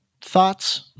thoughts